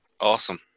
awesome